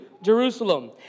Jerusalem